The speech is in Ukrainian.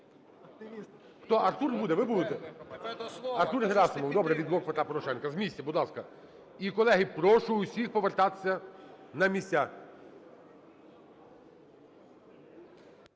Хто, Артур буде? Ви будете? Артур Герасимов, добре, від "Блоку Петра Порошенка". З місця, будь ласка. І, колеги, прошу усіх повертатися на місця.